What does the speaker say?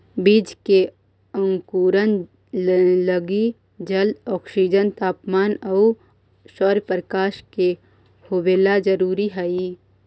बीज के अंकुरण लगी जल, ऑक्सीजन, तापमान आउ सौरप्रकाश के होवेला जरूरी हइ